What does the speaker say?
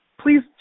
please